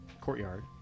courtyard